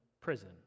prison